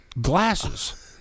glasses